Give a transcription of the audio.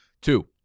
Two